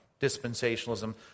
dispensationalism